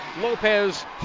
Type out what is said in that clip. Lopez